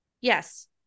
yes